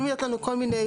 יכולים להיות לנו כל מיני,